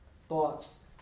thoughts